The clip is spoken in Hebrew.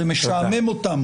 זה משעמם אותם